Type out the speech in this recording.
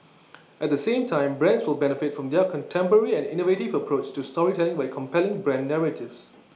at the same time brands will benefit from their contemporary and innovative approach to storytelling for compelling brand narratives